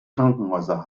krankenhäuser